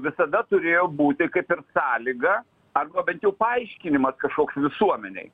visada turėjo būti kaip ir sąlyga arba bent jau paaiškinimas kažkoks visuomenei